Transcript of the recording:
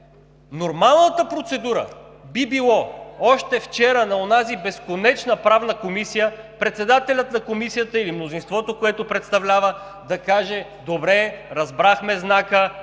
Нормалната процедура би била още вчера на онази безконечна Правна комисия председателят на Комисията или мнозинството, което представлява, да каже: добре, разбрахме знака,